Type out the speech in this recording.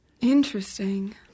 Interesting